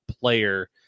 player